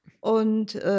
Und